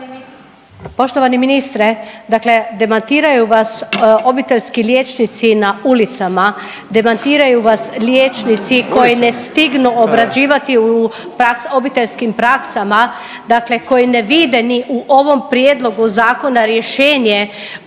Poštovani ministre dakle demantiraju vas obiteljski liječnici na ulicama, demantiraju vas liječnici koji ne stignu obrađivati u obiteljskim praksama dakle koji ne vide ni u ovom Prijedlogu zakona rješenje svih